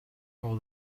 all